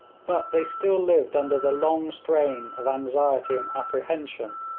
but they still-lived under the long strain of anxiety and apprehension,